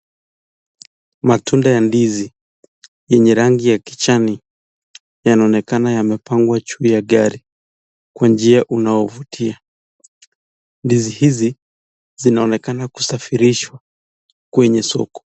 Matunda ya ndizi yenye rangi ya kiijani yanaonekana yamepangwa juu ya gari kwa njia unaovutia, ndizi hizi zinaonekana kusafirishwa kwenye soko.